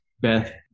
Beth